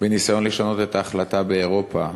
בניסיון לשנות את ההחלטה באירופה,